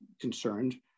concerned